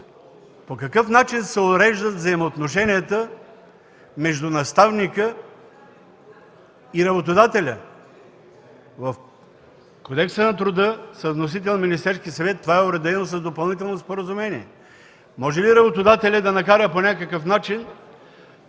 по какъв начин се уреждат взаимоотношенията между наставника и работодателя. В Кодекса на труда с вносител Министерския съвет това е уредено с допълнително споразумение. Може ли работодателят да накара по някакъв начин